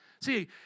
See